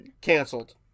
Canceled